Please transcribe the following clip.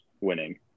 winning